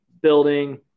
building